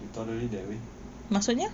can tolerate that way